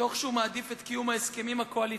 תוך שהוא מעדיף את קיום ההסכמים הקואליציוניים-הסקטוריאליים